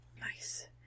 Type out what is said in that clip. Nice